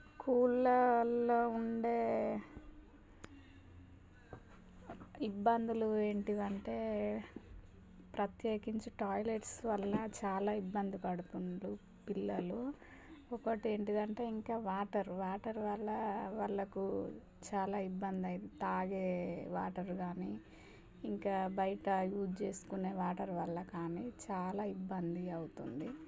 స్కూళ్ళల్లో ఉండే ఇబ్బందులు ఏంటివంటే ప్రత్యేకించి టాయిలెట్స్ వల్ల చాలా ఇబ్బంది పడుతుండ్రు పిల్లలు ఒకటి ఏంటిదంటే ఇంకా వాటర్ వాటర్ వల్ల వాళ్ళకు చాలా ఇబ్బంది అయ్యి తాగే వాటర్ కానీ ఇంకా బయట యూస్ చేసుకునే వాటర్ వల్ల కానీ చాలా ఇబ్బంది అవుతుంది